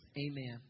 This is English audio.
amen